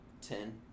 ten